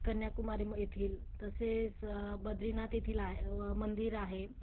कन्याकुमारीम येथील तसेच बद्रिनाथ येथील आ मंदिर आहे